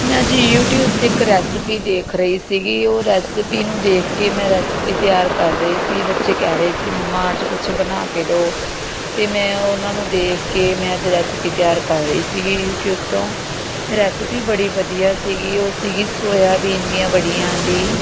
ਮੈਂ ਜੀ ਯੂਟੀਊਬ 'ਤੇ ਇੱਕ ਰੈਸਪੀ ਦੇਖ ਰਹੀ ਸੀਗੀ ਉਹ ਰੈਸਪੀ ਨੂੰ ਦੇਖ ਕੇ ਮੈਂ ਰੈਸਪੀ ਤਿਆਰ ਕਰ ਰਹੀ ਸੀ ਬੱਚੇ ਕਹਿ ਰਹੇ ਸੀ ਮੰਮਾ ਅੱਜ ਕੁਛ ਬਣਾ ਕੇ ਦਿਓ ਅਤੇ ਮੈਂ ਉਹਨਾਂ ਨੂੰ ਦੇਖ ਕੇ ਮੈਂ ਅੱਜ ਰੈਸਪੀ ਤਿਆਰ ਕਰ ਰਹੀ ਸੀਗੀ ਯੂਟੀਊਬ ਤੋਂ ਰੈਸਪੀ ਬੜੀ ਵਧੀਆ ਸੀਗੀ ਉਹ ਸੀਗੀ ਸੋਇਆਬੀਨ ਦੀਆਂ ਬੜੀਆਂ ਦੀ